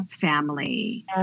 family